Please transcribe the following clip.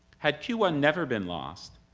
had q one never been lost,